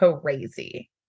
crazy